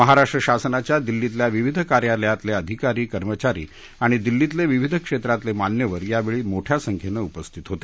महाराष्ट्र शासनाच्या दिल्लीतल्या विविध कार्यालयातले अधिकारी कर्मचारी आणि दिल्लीतले विविध क्षेत्रातले मान्यवर यावेळी मोठ्या संख्येनं उपस्थित होते